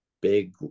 big